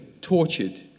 tortured